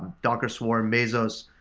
docker swarm, mesos,